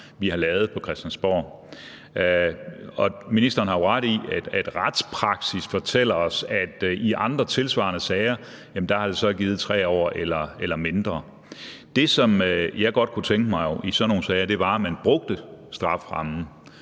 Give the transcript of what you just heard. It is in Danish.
vi har lavet på Christiansborg. Og ministeren har jo ret i, at retspraksis fortæller os, at det i andre tilsvarende sager har givet 3 år eller mindre. Det, som jeg godt kunne tænke mig i sådan nogle sager, er jo, at man brugte strafferammen.